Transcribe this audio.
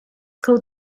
called